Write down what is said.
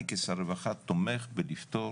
אני כשר רווחה תומך בלפתור